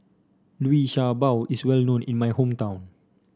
Liu Sha Bao is well known in my hometown